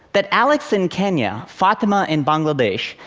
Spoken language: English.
that alex in kenya, fatima in bangladesh,